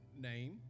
name